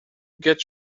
get